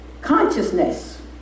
consciousness